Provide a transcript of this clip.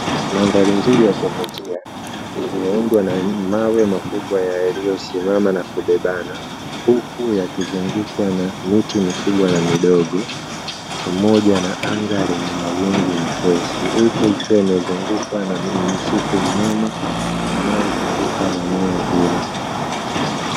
Mandhari nzuri ya kuvutia iliyoundwa na mawe makubwa yaliyosimama na kubebana, huku yakizungukwa na miti mikubwa na midogo pamoja na anga lenye mawingu mepesi. Huku ikiwa imezungukwa na msitu mnene unaozunguka eneo hilo.